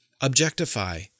objectify